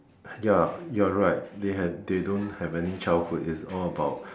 ya you're right they have they don't have any childhood is all about